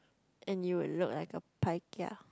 and you will look like a pai kia